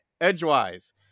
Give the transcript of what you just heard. edgewise